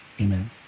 Amen